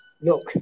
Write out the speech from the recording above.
look